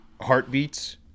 heartbeats